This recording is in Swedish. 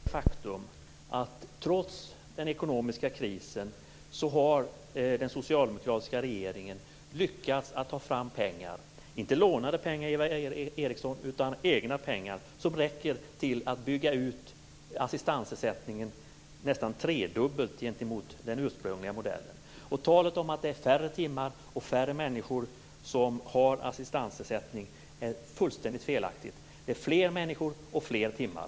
Fru talman! Det är lätt att inse att många människor, inte bara personer med funktionshinder, är oroade över framtiden. Samhällsekonomin har varit i kaos. Vi har varit oerhört illa ute. De grupper som behöver samhället bäst drabbas då mest. Kvar står det faktum att den socialdemokratiska regeringen trots den ekonomiska krisen lyckats att ta fram pengar, inte lånade pengar utan egna pengar, som räcker till att bygga ut assistansersättningen nästan tredubbelt i förhållande till den ursprungliga modellen. Talet om att det är färre timmar och färre människor som har assistansersättning är fullständigt felaktigt. Det är fler människor och fler timmar.